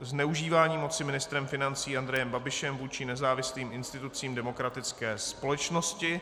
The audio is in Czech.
Zneužívání moci ministrem financí Andrejem Babišem vůči nezávislým institucím demokratické společnosti